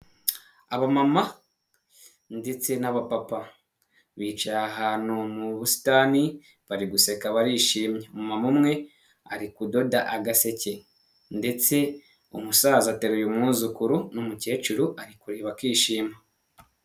Abamama ndetse nabapapa bicaye ahantu mu busitani bari guseka barishimye. Umumama umwe ari kudoda agaseke ndetse umusaza ateraruye umwuzukuru n'umukecuru ari kureba akishima.